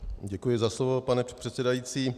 Děkuji za slovo, pane předsedající.